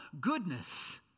goodness